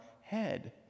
head